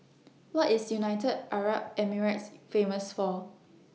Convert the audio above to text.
What IS United Arab Emirates Famous For